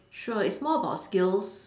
sure it's more about skills